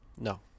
No